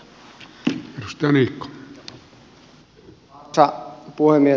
arvoisa puhemies